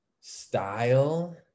style